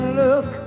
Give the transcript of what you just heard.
look